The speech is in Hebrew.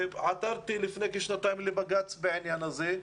לפני כשנתיים עתרתי לבג"צ בעניין הזה.